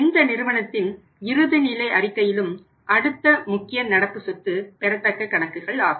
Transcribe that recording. எந்த நிறுவனத்தின் இறுதிநிலை அறிக்கையிலும் அடுத்த முக்கிய நடப்பு சொத்து பெறத்தக்க கணக்குகள் ஆகும்